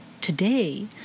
today